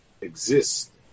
exist